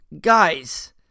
guys